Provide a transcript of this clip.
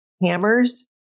hammers